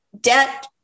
debt